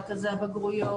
עם רכזי הבגרויות,